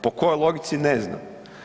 Po kojoj logici, ne znam.